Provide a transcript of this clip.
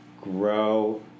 grow